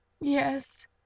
Yes